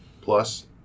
plus